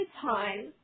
time